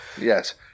Yes